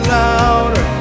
louder